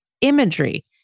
imagery